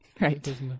Right